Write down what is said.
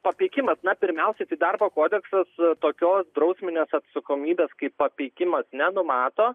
papeikimas na pirmiausia tai darbo kodeksas tokios drausminės atsakomybės kaip papeikimas nenumato